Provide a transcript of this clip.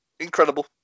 Incredible